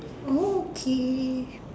okay